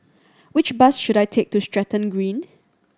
which bus should I take to Stratton Green